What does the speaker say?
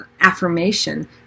affirmation